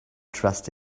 trust